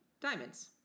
diamonds